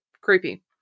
creepy